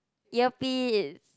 earpiece